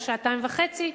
יש שעתיים וחצי,